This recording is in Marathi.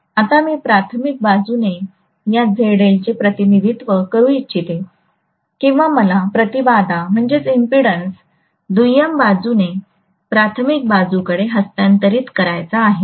आता मी प्राथमिक बाजूने या ZL चे प्रतिनिधित्व करू इच्छितो किंवा मला प्रतिबाधा दुय्यम बाजूने प्राथमिक बाजूकडे हस्तांतरित करायचा आहे